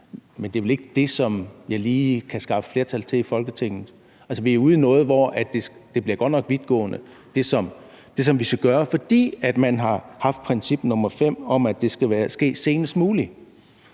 Men det er vel ikke det, jeg lige kan skaffe flertal for i Folketinget? Altså, vi er ude i noget, hvor det, som vi skal gøre, godt nok bliver vidtgående, fordi man har haft princip nummer fem om, at det skal ske senest muligt.